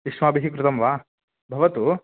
युष्माभिः कृतं वा भवतु